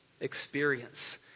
experience